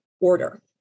order